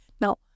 Now